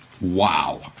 Wow